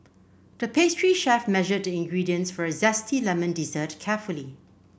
the pastry chef measured the ingredients for a zesty lemon dessert carefully